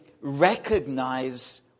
recognize